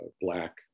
black